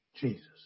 Jesus